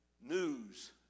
news